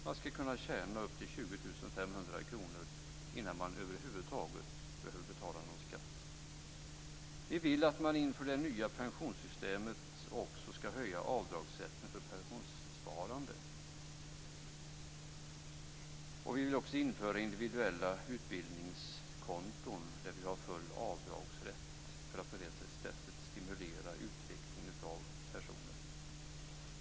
Man skall kunna tjäna upp till 20 500 kr innan man över huvud taget behöver betala någon skatt. Vi vill att man inför det nya pensionssystemet också skall höja avdragsrätten för pensionssparande. Vi vill också införa individuella utbildningskonton med full avdragsrätt, för att på det sättet stimulera utveckling av personer.